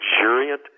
luxuriant